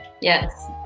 yes